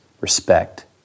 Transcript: respect